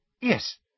Yes